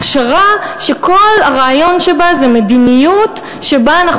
הכשרה שכל הרעיון שבה זה מדיניות שבה אנחנו